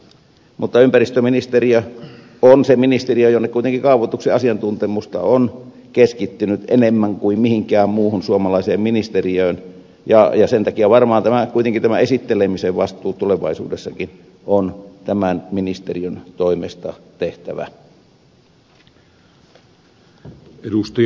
mutta ympäristöministeriö on se ministeriö jonne kuitenkin kaavoituksen asiantuntemusta on keskittynyt enemmän kuin mihinkään muuhun suomalaiseen ministeriöön ja sen takia varmaan kuitenkin tämä esittelemisen vastuu tulevaisuudessakin on tämän ministeriön toimesta tehtävä